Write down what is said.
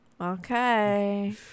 Okay